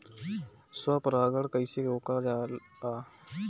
स्व परागण कइसे रोकल जाला?